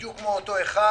בדיוק כמו אותו אחד,